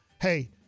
hey